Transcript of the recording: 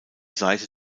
seite